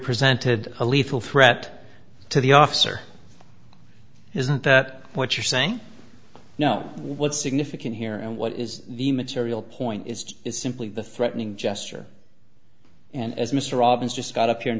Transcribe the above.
presented a lethal threat to the officer isn't that what you're saying now what's significant here and what is the material point is just simply the threatening gesture and as mr robbins just got up here